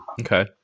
Okay